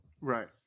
right